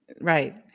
Right